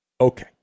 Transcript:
Okay